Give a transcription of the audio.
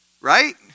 right